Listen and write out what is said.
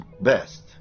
best